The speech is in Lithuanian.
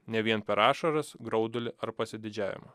ne vien per ašaras graudulį ar pasididžiavimą